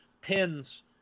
pins